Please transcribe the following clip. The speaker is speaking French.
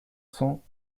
cents